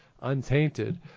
untainted